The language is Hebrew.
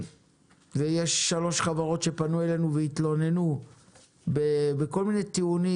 ויש שלוש חברות שפנו אלינו והתלוננו בכל מיני טיעונים,